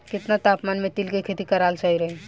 केतना तापमान मे तिल के खेती कराल सही रही?